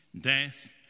death